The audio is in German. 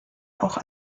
auch